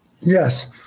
Yes